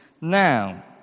now